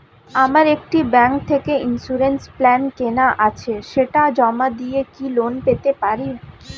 আমার একটি ব্যাংক থেকে ইন্সুরেন্স প্ল্যান কেনা আছে সেটা জমা দিয়ে কি লোন পেতে পারি?